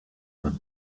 loin